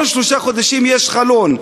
כל שלושה חודשים יש חלון,